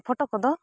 photo ᱠᱚᱫᱚ